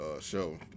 show